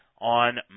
on